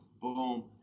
boom